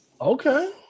Okay